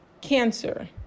cancer